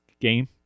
game